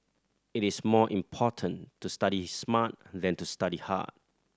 it is more important to study smart than to study hard